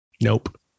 Nope